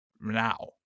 now